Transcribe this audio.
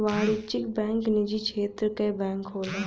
वाणिज्यिक बैंक निजी क्षेत्र क बैंक होला